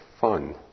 fun